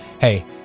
hey